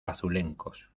azulencos